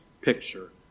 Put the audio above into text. picture